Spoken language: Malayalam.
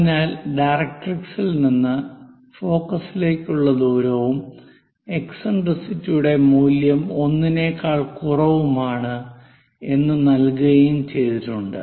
അതിനാൽ ഡയറക്ട്രിക്സിൽ നിന്ന് ഫോക്കസിലേക്കുള്ള ദൂരവും എക്സിൻട്രിസിറ്റിയുടെ മൂല്യം 1 നെക്കാൾ കുറവാണ് എന്ന് നൽകുകയും ചെയ്തിട്ടുണ്ട്